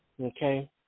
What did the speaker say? okay